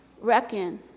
Reckon